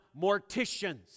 morticians